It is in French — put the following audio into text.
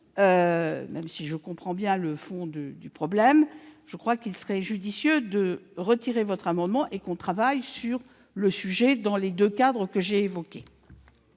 même si je comprends bien le fond du problème, je crois qu'il serait judicieux de retirer votre amendement afin de poursuivre le travail sur ce sujet dans les deux cadres que j'ai évoqués.